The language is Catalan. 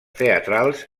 teatrals